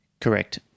Correct